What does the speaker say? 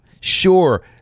sure